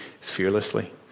fearlessly